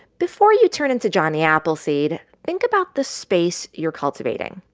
before you turn into johnny appleseed, think about the space you're cultivating.